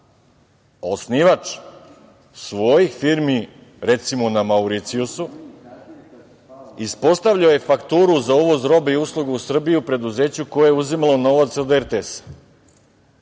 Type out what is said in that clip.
osnivač svojih firmi, recimo na Mauricijusu, ispostavljao je fakturu za uvoz robe i usluga u Srbiju preduzeću koje je uzimalo novac od RTS-a.